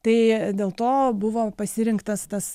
tai dėl to buvo pasirinktas tas